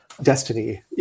destiny